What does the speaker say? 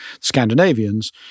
scandinavians